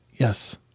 yes